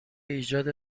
ایجاد